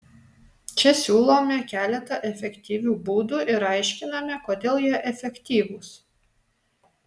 čia siūlome keletą efektyvių būdų ir aiškiname kodėl jie efektyvūs